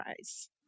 eyes